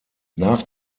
nach